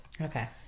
okay